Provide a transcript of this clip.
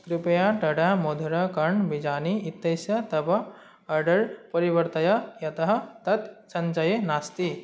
कृपया टडा मधुराकाण् बिजानि इतस्य तव अडर् परिवर्तय यतः तत् सञ्चये नास्ति